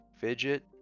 Fidget